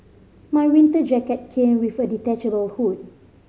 my winter jacket came with a detachable hood